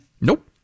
Nope